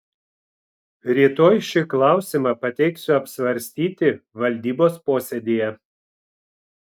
rytoj šį klausimą pateiksiu apsvarstyti valdybos posėdyje